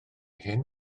hyn